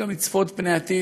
אלא גם לצפות פני עתיד.